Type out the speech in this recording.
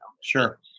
sure